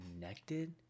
connected